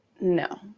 no